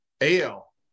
AL